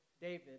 David